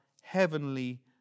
heavenly